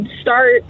start